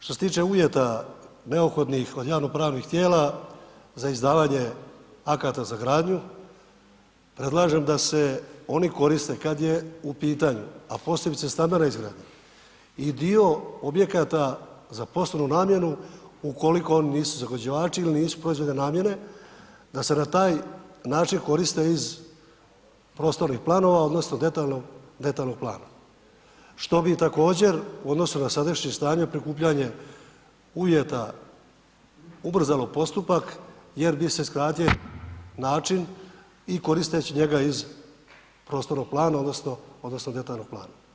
Što se tiče uvjeta neophodnih od javno-pravnih tijela za izdavanje akata za gradnju, predlažem da se oni koriste kad je u pitanju, a posebice stambena izgradnja, i dio objekata za poslovnu namjenu ukoliko oni nisu zagađivači ili nisu ... namjene da se na taj način koriste iz prostornih planova odnosno detaljnog plana, što bi također u odnosu na sadašnje stanje prikupljanje uvjeta ubrzalo postupak jer bi se skratio način i koristeći njega iz prostornog plana odnosno detaljnog plana.